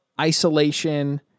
isolation